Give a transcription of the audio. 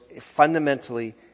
fundamentally